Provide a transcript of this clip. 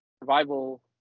survival